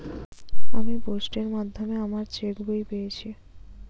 আমি পোস্টের মাধ্যমে আমার চেক বই পেয়েছি